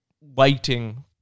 waiting